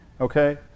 Okay